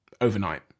overnight